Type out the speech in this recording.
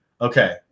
okay